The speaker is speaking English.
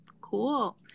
Cool